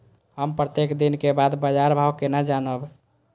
हम प्रत्येक दिन के बाद बाजार भाव केना जानब?